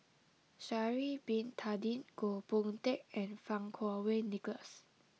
Sha'ari bin Tadin Goh Boon Teck and Fang Kuo Wei Nicholas